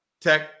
Tech